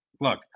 look